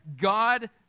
God